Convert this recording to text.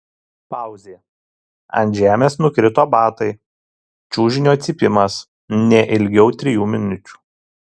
pauzė ant žemės nukrito batai čiužinio cypimas ne ilgiau trijų minučių